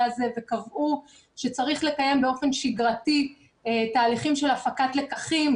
הזה וקבעו שצריך לקיים באופן שגרתי תהליך של הפקת לקחים,